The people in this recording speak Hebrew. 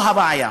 פה הבעיה.